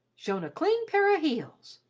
shown a clean pair o' heels.